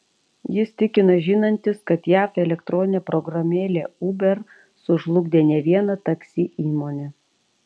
jis tikina žinantis kad jav elektroninė programėlė uber sužlugdė ne vieną taksi įmonę